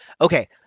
Okay